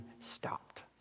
stopped